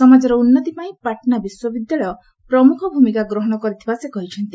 ସମାଜର ଉନ୍ନତି ପାଇଁ ପାଟ୍ନା ବିଶ୍ୱବିଦ୍ୟାଳୟ ପ୍ରମୁଖ ଭୂମିକା ଗ୍ରହଣ କରିଥିବା ସେ କହିଛନ୍ତି